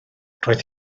roedd